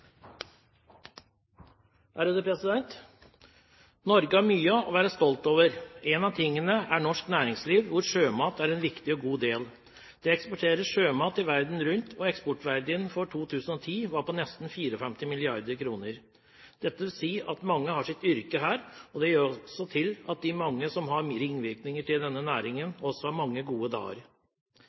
norsk næringsliv, hvor sjømat er en viktig og god del. Det eksporteres sjømat verden rundt, og eksportverdien for 2010 var på nesten 54 mrd. kr. Dette vil si at mange har sitt yrke her, og det gjør også sitt til at de mange som har ringvirkninger fra denne næringen, også har mange gode dager.